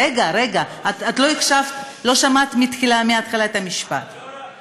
רגע, רגע, לא שמעת את המשפט מתחילתו.